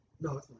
No